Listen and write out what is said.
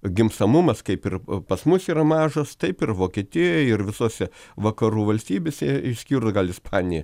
gimstamumas kaip ir pas mus yra mažas taip ir vokietijoj ir visose vakarų valstybėse išskyrus gal ispaniją